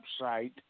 website